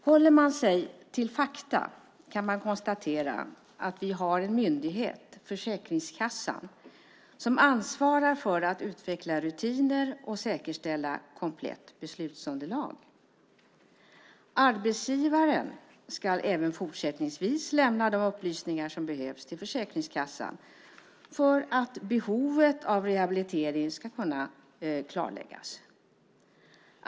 Håller man sig till fakta kan man konstatera att vi har en myndighet, Försäkringskassan, som ansvarar för att utveckla rutiner och säkerställa komplett beslutsunderlag. Arbetsgivaren ska även fortsättningsvis lämna de upplysningar som behövs till Försäkringskassan för att behovet av rehabilitering ska kunna klarläggas.